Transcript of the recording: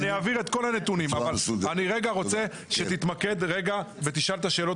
אני אעביר את כול הנתונים אבל אני רגע רוצה שתתמקד ותשאל את השאלות